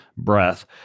breath